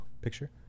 Picture